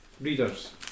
readers